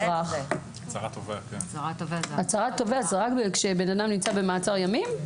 הצהרת תובע זה רק כשבן אדם נמצא במעצר ימים.